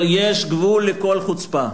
אבל יש גבול לכל חוצפה,